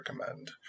recommend